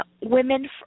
women